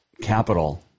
capital